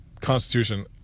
constitution